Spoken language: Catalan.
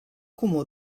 comú